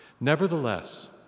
Nevertheless